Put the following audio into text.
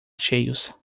cheios